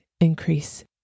increase